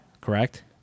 correct